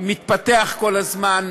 מתפתח כל הזמן,